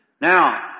Now